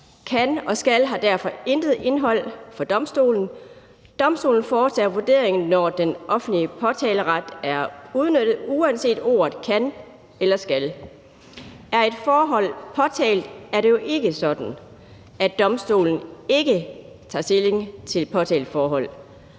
»Kan« og »skal« har derfor intet indhold for domstolene. Domstolene foretager vurderingen, når den offentlige påtaleret er udnyttet, uanset ordene kan eller skal. Er et forhold påtalt, er det jo ikke sådan, at domstolen ikke tager stilling til et påtaleforhold.